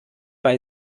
bei